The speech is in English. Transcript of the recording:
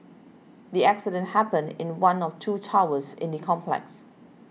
the accident happened in one of two towers in the complex